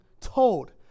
told